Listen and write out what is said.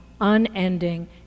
unending